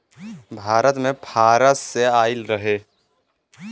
भारत मे फारस से आइल रहे